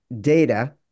data